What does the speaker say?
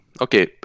Okay